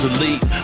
Elite